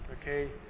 Okay